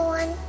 one